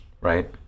Right